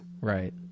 Right